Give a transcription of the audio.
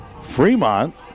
Fremont